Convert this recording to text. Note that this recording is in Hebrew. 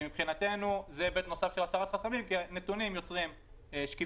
ומבחינתו זה היבט נוסף של הסרת חסמים כי נתונים יוצרים שקיפות,